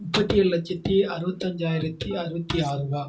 முப்பத்தியேழு லட்சத்தி அறுபத்தஞ்சாயிரத்தி அறுபத்தி ஆறு ரூபா